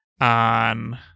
on